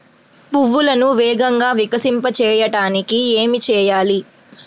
పువ్వులను వేగంగా వికసింపచేయటానికి ఏమి చేయాలి?